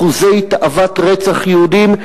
אחוזי תאוות רצח יהודים,